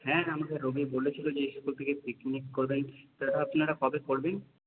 হ্যাঁ আমাকে রবি বলেছিল যে স্কুল থেকে পিকনিক করবেন তা আপনারা কবে করবেন